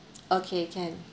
okay can